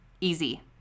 easy